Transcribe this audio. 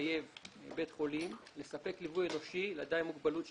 שמחייב בית חולים לספק ליווי אנושי לאדם עם מוגבלות,